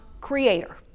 creator